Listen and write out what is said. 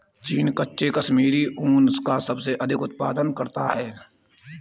चीन कच्चे कश्मीरी ऊन का सबसे अधिक उत्पादन करता है